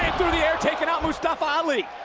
the air, taking out mustafa ali.